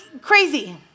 crazy